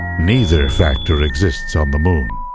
neither factor exists on the moon.